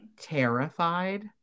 terrified